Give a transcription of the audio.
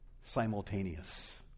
simultaneous